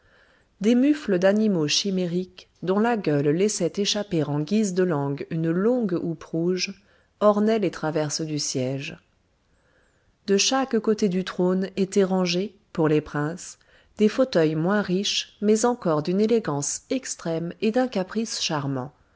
des mufles d'animaux chimériques dont la gueule laissait échapper en guise de langue une longue houppe rouge ornaient les traverses du siège de chaque côté du trône étaient rangés pour les princes des fauteuils moins riches mais encore d'une élégance extrême et d'un caprice charmant